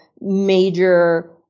major